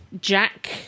Jack